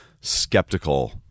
skeptical